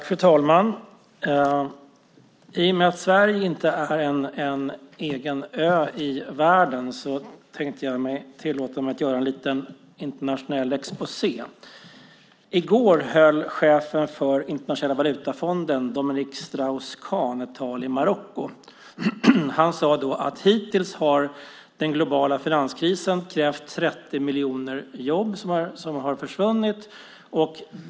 Fru talman! I och med att Sverige inte är en egen ö i världen tänkte jag tillåta mig att göra en liten internationell exposé. I går höll chefen för Internationella valutafonden Dominique Strauss-Kahn ett tal i Marocko. Han sade då att hittills har den globala finanskrisen krävt 30 miljoner jobb som har försvunnit.